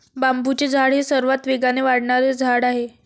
बांबूचे झाड हे सर्वात वेगाने वाढणारे झाड आहे